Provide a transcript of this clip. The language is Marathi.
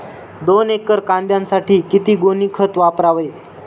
दोन एकर कांद्यासाठी किती गोणी खत वापरावे?